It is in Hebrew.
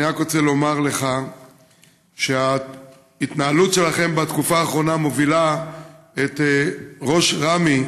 אני רק רוצה לומר לך שההתנהלות שלכם בתקופה האחרונה מובילה את ראש רמ"י,